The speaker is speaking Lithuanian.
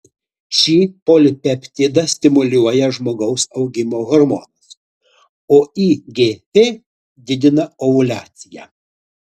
šį polipeptidą stimuliuoja žmogaus augimo hormonas o igf didina ovuliaciją